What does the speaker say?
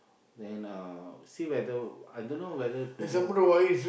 then uh see whether I don't know whether to go